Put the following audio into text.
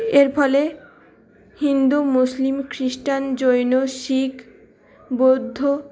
এর ফলে হিন্দু মুসলিম খ্রিস্টান জৈন শিখ বৌদ্ধ